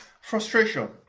Frustration